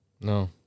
No